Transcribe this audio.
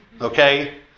Okay